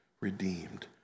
redeemed